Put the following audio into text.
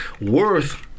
worth